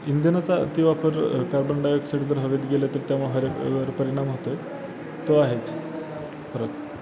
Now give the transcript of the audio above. इंजनाचा अतिवापर carbon dioxide जर हवेत गेलं तर त्यामुळं हवेवर परिणाम होतो आहे तो आहेच परत